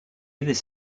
this